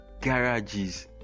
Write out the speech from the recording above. garages